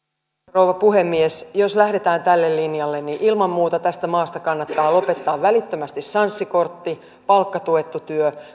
rouva puhemies jos lähdetään tälle linjalle niin ilman muuta tästä maasta kannattaa lopettaa välittömästi sanssi kortti palkkatuettu työ